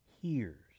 hears